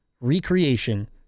recreation